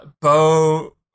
Bo